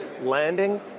landing